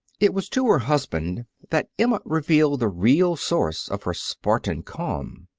it was to her husband that emma revealed the real source of her spartan calm.